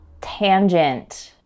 tangent